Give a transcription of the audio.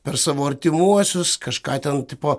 per savo artimuosius kažką ten tipo